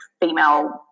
female